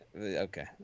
Okay